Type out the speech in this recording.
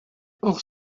hors